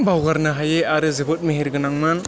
बावगारनो हायै आरो जोबोर मेहेर गोनांमोन